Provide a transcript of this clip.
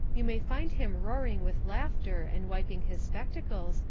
you may find him roaring with laughter and wiping his spectacles,